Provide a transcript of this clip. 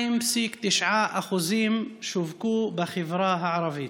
2.9% שווקו בחברה הערבית.